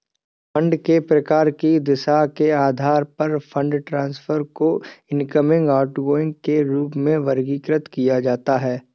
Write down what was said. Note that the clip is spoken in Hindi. फंड के प्रवाह की दिशा के आधार पर फंड ट्रांसफर को इनकमिंग, आउटगोइंग के रूप में वर्गीकृत किया जाता है